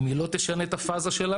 אם היא לא תשנה את הפאזה שלה,